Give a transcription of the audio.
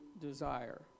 desire